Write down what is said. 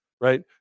right